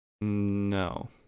no